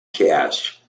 cash